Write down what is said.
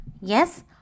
Yes